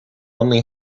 only